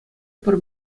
пӗр